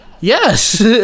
yes